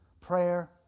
Prayer